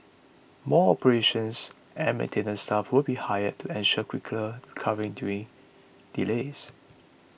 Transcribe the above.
more operations and maintenance staff will be hired to ensure quicker recovery during delays